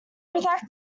protect